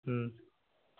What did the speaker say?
हम्म